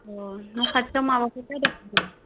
अ' न' खाथिआव माबाफोर जादों नामा